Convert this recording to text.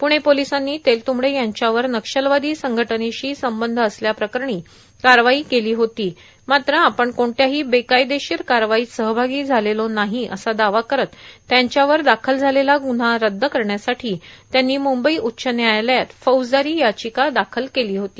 पुणे पोलसांनी तेलतुंबडे यांच्यावर नक्षलवादी संघटनेशी संबंध असल्याप्रकरणी कारवाई केलो होती मात्र आपण कोणत्याही बेकायदेशीर कारवाईत सहभागी झालेलो नाही असा दावा करत त्यांच्यावर दाखल झालेला गुन्हा रद्द करण्यासाठी त्यांनी मुंबई उच्च न्यायालयात फौजदारी याीचका दाखल केली होती